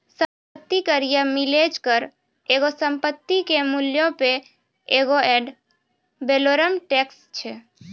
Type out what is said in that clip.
सम्पति कर या मिलेज कर एगो संपत्ति के मूल्यो पे एगो एड वैलोरम टैक्स छै